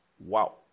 Wow